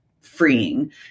freeing